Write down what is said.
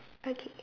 okay